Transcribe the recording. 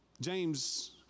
James